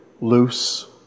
loose